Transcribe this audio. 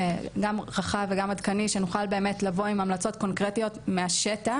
גם רחב וגם עדכני שנוכל באמת לבוא עם המלצות קונקרטיות מהשטח,